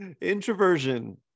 introversion